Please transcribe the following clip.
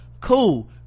cool